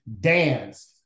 dance